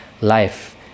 life